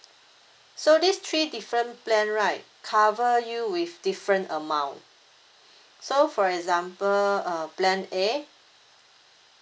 so these three different plan right cover you with different amount so for example uh plan A